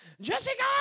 Jessica